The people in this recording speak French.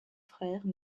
frères